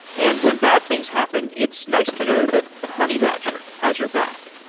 and when bad things happen, it's nice to know that honeybadger has your back.